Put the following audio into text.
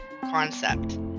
concept